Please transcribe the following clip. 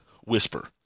whisper